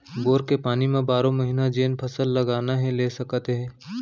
bore के पानी म बारो महिना जेन फसल लगाना हे ले सकत हे